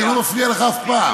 אני לא מפריע לך אף פעם.